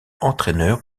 entraîneur